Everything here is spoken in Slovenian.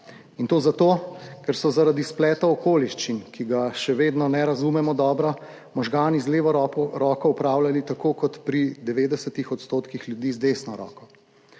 In to zato, ker so zaradi spleta okoliščin, ki ga še vedno ne razumemo dobro, možgani z levo roko opravljali tako kot pri 90 % ljudi z desno roko.